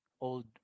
old